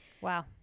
Wow